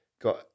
got